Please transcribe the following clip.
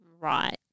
Right